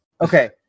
okay